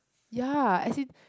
ya as in